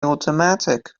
automatic